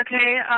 Okay